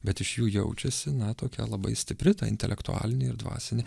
bet iš jų jaučiasi na tokia labai stipri tą intelektualinė ir dvasinė